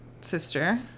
sister